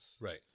Right